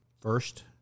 first